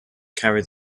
carried